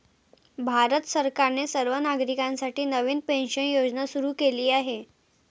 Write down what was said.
भारत सरकारने सर्व नागरिकांसाठी नवीन पेन्शन योजना सुरू केली आहे